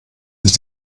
sich